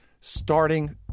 starting